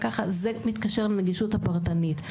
זה מתקשר לנגישות הפרטנית.